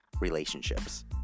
relationships